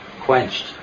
quenched